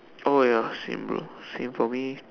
oh ya same bro same for me